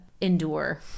endure